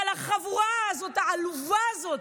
אבל החבורה הזאת, העלובה הזאת,